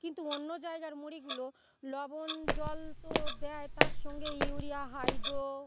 কিন্তু অন্য জায়গার মুড়িগুলো লবণ জল তো দেয় তার সঙ্গে ইউরিয়া হাইড্রো